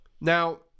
now